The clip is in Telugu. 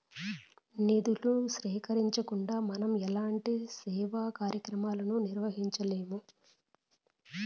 నిధులను సేకరించకుండా మనం ఎలాంటి సేవా కార్యక్రమాలను నిర్వహించలేము